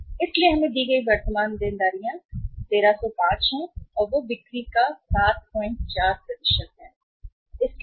इसलिए हमें दी गई वर्तमान देनदारियां 1305 हैं और वे बिक्री के 74 के रूप में काम करते हैं